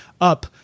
up –